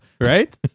Right